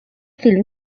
film